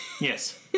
Yes